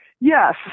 yes